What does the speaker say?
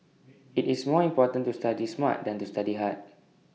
IT is more important to study smart than to study hard